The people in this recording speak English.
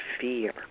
fear